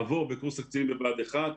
עבור בקורס הקצינים בבה"ד 1,